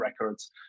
records